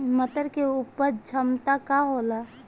मटर के उपज क्षमता का होला?